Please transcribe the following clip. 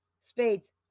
spades